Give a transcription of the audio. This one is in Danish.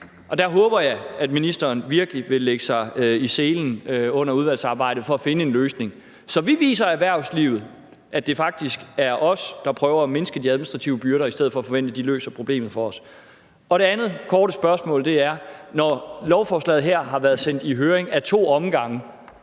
Og der håber jeg, at ministeren virkelig vil lægge sig i selen under udvalgsarbejdet for at finde en løsning, så vi viser erhvervslivet, at det faktisk er os, der prøver at mindske de administrative byrder i stedet for at forvente, at de løser problemet for os. Det andet, jeg vil sige, er, at når lovforslaget her har været sendt i høring ad to omgange,